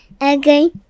Again